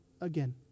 again